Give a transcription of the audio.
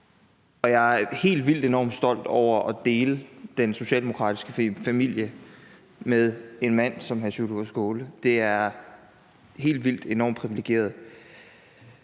jeg er helt vildt enormt stolt over at være i den socialdemokratiske familie med en mand som hr. Sjúrður Skaale. Det er helt enormt privilegeret.